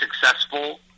successful